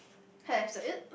hair is that it